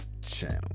channel